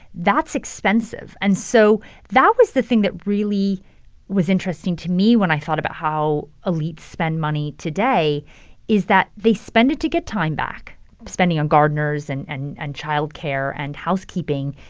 that's expensive. and so that was the thing that really was interesting to me when i thought about how elites spend money today is that they spend it to get time back spending on gardeners and and and child care and housekeeping.